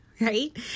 right